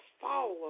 follow